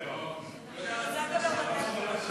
רוצה לדבר בטלפון.